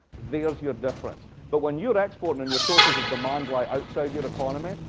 there's your difference. but when you're exporting and your sources of demand lie outside your economy,